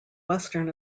western